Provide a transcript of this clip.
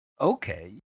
Okay